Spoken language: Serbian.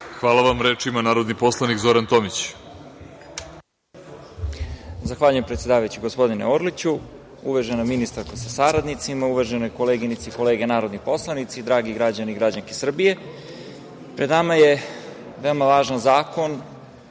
Hvala vam. Reč ima narodni poslanik Zoran Tomić. Izvolite. **Zoran Tomić** Zahvaljujem, predsedavajući gospodine Orliću. Uvažena ministarka sa saradnicima, uvažene koleginice i kolege narodni poslanici, dragi građani i građanke Srbije, pred nama je veoma važan zakon,